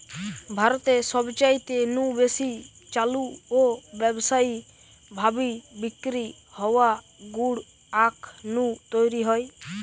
ভারতে সবচাইতে নু বেশি চালু ও ব্যাবসায়ী ভাবি বিক্রি হওয়া গুড় আখ নু তৈরি হয়